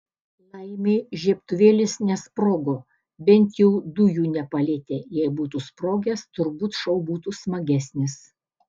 laimei žiebtuvėlis nesprogo bent jau dujų nepalietė jei būtų sprogęs turbūt šou būtų smagesnis